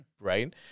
right